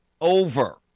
over